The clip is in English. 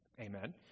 Amen